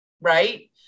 right